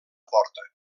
porta